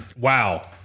wow